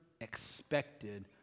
expected